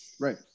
Right